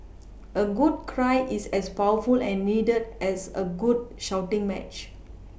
a good cry is as powerful and needed as a good shouting match